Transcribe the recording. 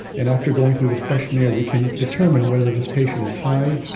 and after going through this questionnaire we can determine whether this patient is high,